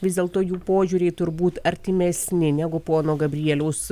vis dėlto jų požiūriai turbūt artimesni negu pono gabrieliaus